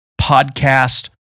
podcast